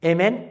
Amen